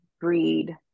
breed